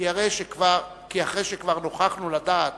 כי אחרי שכבר נוכחנו לדעת